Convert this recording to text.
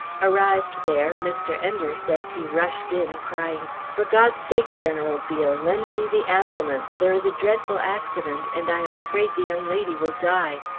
arrived there, mr. enders says he rushed in, crying, for god's sake, general beale, lend me the ambulance! there is a dreadful accident, and i am afraid the young lady will die!